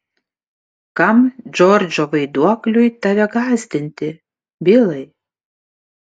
kam džordžo vaiduokliui tave gąsdinti bilai